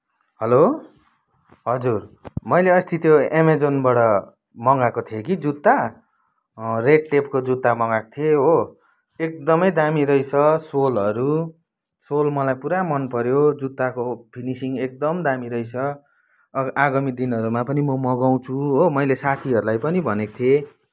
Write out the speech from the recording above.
hello हजुर मैले अस्ति त्यो एमाजोनबाट मगाएको थिएँ कि जुत्ता रेडटेपको जुत्ता मगाएको थिएँ हो एकदमै दामी रहेछ सोलहरू सोल मलाई पुरा मनपऱ्यो जुत्ताको फिनिसिङ एकदम दामी रहेछ आगामी दिनहरूमा पनि म मगाउँछु हो मैले साथीहरूलाई पनि भनेको थिएँ